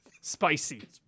Spicy